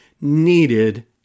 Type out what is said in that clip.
needed